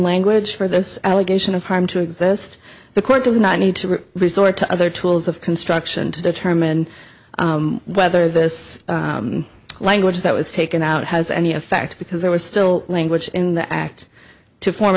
language for this allegation of harm to exist the court does not need to resort to other tools of construction to determine whether this language that was taken out has any effect because there was still language in the act to form